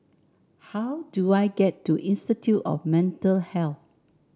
how do I get to Institute of Mental Health